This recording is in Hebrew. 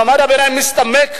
מעמד הביניים מצטמק.